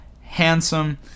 handsome